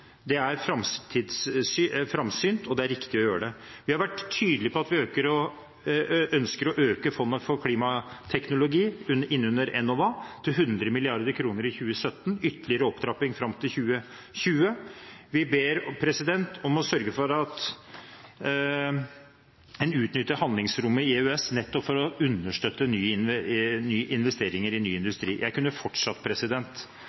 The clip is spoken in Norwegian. teknologi. Det er framsynt, og det er riktig å gjøre det. Vi har vært tydelige på at vi ønsker å øke fondet for klimateknologi under Enova til 100 mrd. kr i 2017 – ytterligere opptrapping fram til 2020. Vi ber om å sørge for at en utnytter handlingsrommet i EØS, nettopp for å understøtte investeringer i ny